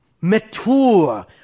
mature